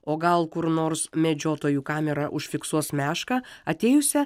o gal kur nors medžiotojų kamera užfiksuos mešką atėjusią